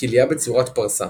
כליה בצורת פרסה